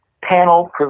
panel